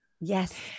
yes